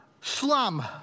slum